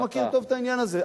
אתה מכיר טוב את העניין הזה.